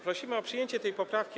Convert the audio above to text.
Prosimy o przyjęcie tej poprawki.